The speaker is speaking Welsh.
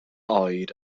oed